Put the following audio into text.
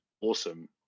awesome